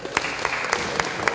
Hvala.